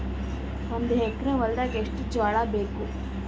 ಒಂದು ಎಕರ ಹೊಲದಾಗ ಎಷ್ಟು ಜೋಳಾಬೇಕು?